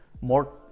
more